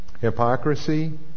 Hypocrisy